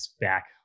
back